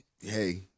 Hey